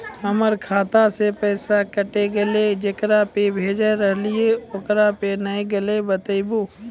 हमर खाता से पैसा कैट गेल जेकरा पे भेज रहल रहियै ओकरा पे नैय गेलै बताबू?